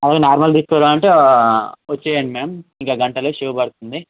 అవి నార్మల్ తీసుకోవాలంటే వచ్చేయండి మ్యామ్ ఇంక గంటలో షో పడుతుంది